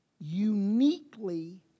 uniquely